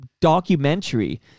documentary